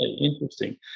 interesting